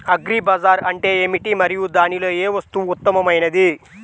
Agri bazaar అంటే ఏమిటి మరియు దానిలో ఏ వస్తువు ఉత్తమమైనది?